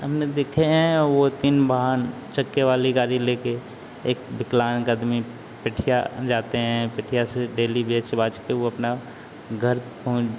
हमने देखे हैं वो तीन वाहन चक्के वाले गाड़ी ले कर एक विकलांग आदमी पठिया जाते हैं पेठिया से डेली बेच बाच के वो अपना घर पहुँन